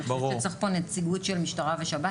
אנחנו נצטרך פה נציגות של משטרה ושב"ס.